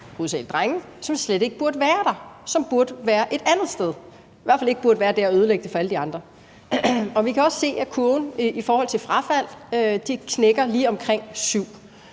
hovedsagelig drenge – som slet ikke burde være der, som burde være et andet sted og i hvert fald ikke burde være der og ødelægge det for alle de andre. Vi kan også se, at kurven i forhold til frafald knækker lige omkring